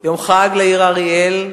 יום חג לעיר אריאל,